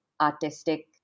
artistic